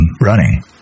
running